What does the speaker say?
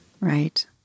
Right